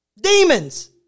Demons